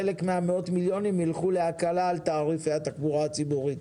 חלק ממאות המיליונים ילכו להקלה על תעריפי התחבורה הציבורית.